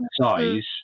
size